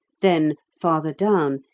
then, farther down,